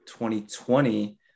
2020